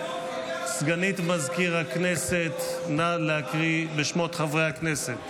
סגנית מזכיר הכנסת, נא להקריא את שמות חברי הכנסת.